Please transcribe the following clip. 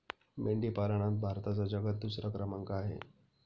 मेंढी पालनात भारताचा जगात दुसरा क्रमांक आहे